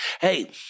Hey